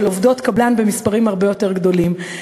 עובדות קבלן במספרים הרבה יותר גדולים.